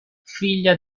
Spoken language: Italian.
figlia